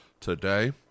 today